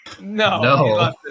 no